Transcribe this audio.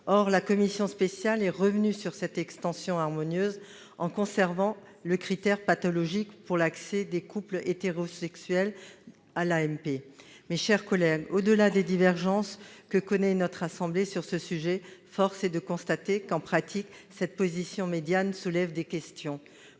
Or la commission spéciale est revenue sur cette extension harmonieuse, en conservant le critère pathologique pour l'accès des couples hétérosexuels à l'AMP. Mes chers collègues, au-delà des divergences que connaît notre assemblée sur ce sujet, force est de constater que, en pratique, cette position médiane soulève des questions.